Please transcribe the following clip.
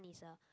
is a